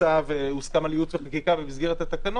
שהוצע והוסכם על ייעוץ וחקיקה במסגרת התקנות